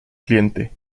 cliente